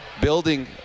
building